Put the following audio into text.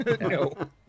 No